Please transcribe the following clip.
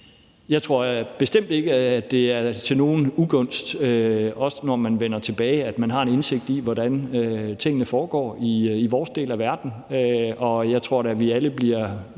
Jeg tror bestemt ikke, det er til nogen ugunst, heller ikke når man vender tilbage, at man har en indsigt i, hvordan tingene foregår i vores del af verden, og jeg tror da, at vi alle bliver